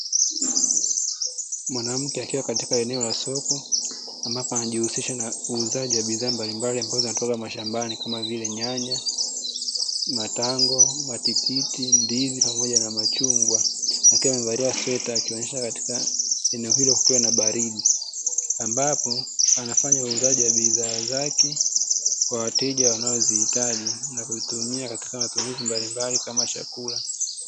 Mwanamke akiwa katika eneo la soko ambapo anajihusisha na uuzaji wa bidhaa mbalimbali ambazo zinatoka mashambani kama nyanya, matango, matikiti, ndizi pamoja na machungwa, akiwa amevalia sweta akionesha katika eneo hilo kukiwa na baridi ambapo anafanya uuzaji wa bidhaa zake kwa wateja wanazozihitaji na kuzitumia katika matumizi mbalimbali kama chakula.